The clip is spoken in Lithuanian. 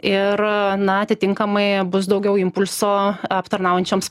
ir na atitinkamai bus daugiau impulso aptarnaujančioms